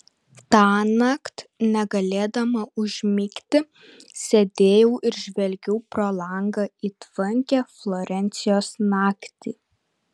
tąnakt negalėdama užmigti sėdėjau ir žvelgiau pro langą į tvankią florencijos naktį